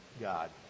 God